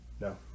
No